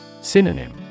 Synonym